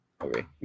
Okay